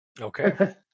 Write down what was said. Okay